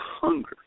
hunger